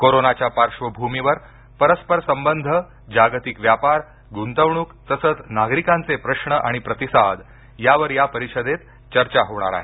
कोरोनाच्या पार्श्वभूमीवर परस्परसंबंध जागतिक व्यापार गुंतवणूक तसंच नागरिकांचे प्रश्न आणि प्रतिसाद यावर या परिषदेत चर्चा होणार आहे